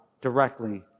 directly